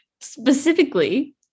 specifically